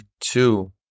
two